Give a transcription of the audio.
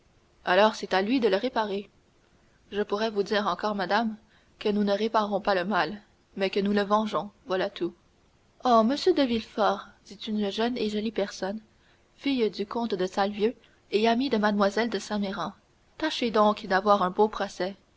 alors c'est à lui de le réparer je pourrais vous dire encore madame que nous ne réparons pas le mal mais que nous le vengeons voilà tout oh monsieur de villefort dit une jeune et jolie personne fille du comte de salvieux et amie de mlle de saint méran tâchez donc d'avoir un beau procès